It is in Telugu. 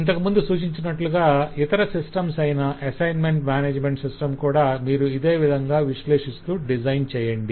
ఇంతకుముందు సూచించినట్లుగా ఇతర సిస్టమ్స్ అయిన అసైన్మెంట్ మేనేజ్మెంట్ సిస్టం కూడా మీరు ఇదే విధంగా విశ్లేషిస్తూ డిజైన్ చేయండి